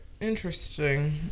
Interesting